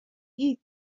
محیط